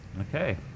Okay